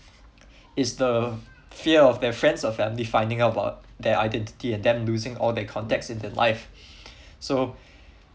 is the fear of their friends or family finding about their identity and them losing all their contacts in their life so